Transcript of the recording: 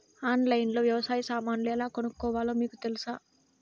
ఆన్లైన్లో లో వ్యవసాయ సామాన్లు ఎలా కొనుక్కోవాలో మీకు తెలుసా?